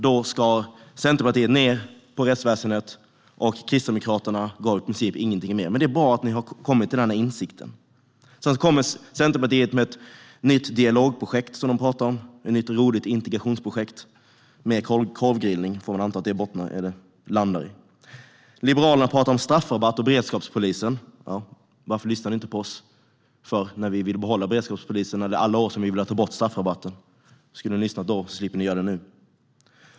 Då skar Centerpartiet ned på rättsväsendet, och Kristdemokraterna gav i princip ingenting mer. Men det är bra att ni har kommit till denna insikt. Centerpartiet pratar om ett nytt dialogprojekt som de har kommit med, ett nytt roligt integrationsprojekt med korvgrillning. Vi får väl anta att det landar i något. Liberalerna pratar om straffrabatt och beredskapspolisen. Varför lyssnade ni inte på oss när vi ville behålla beredskapspolisen eller när vi under alla år ville ta bort straffrabatten? Ni skulle ha lyssnat då så hade ni sluppit göra det nu.